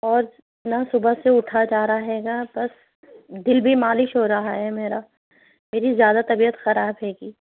اور نہ صُبح سے اُٹھا جا رہا ہے گا بس دِل بھی مالش ہو رہا ہے میرا میری زیادہ طبیعت خراب ہے گی